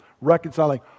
reconciling